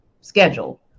schedule